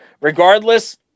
regardless